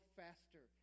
faster